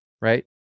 right